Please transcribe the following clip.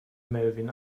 melvin